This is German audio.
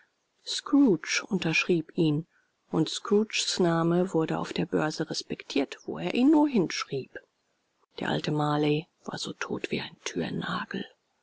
scrooge unterschrieb ihn und scrooges name wurde auf der börse respektiert wo er ihn nur hinschrieb der alte marley war so tot wie ein